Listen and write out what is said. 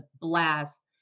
blast